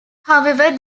however